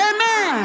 Amen